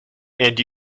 and